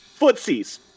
footsies